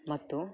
ಮತ್ತು